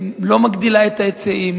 לא מגדילה את ההיצעים,